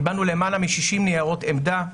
קיבלנו יותר מ-60 ניירות עמדה.